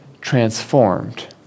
transformed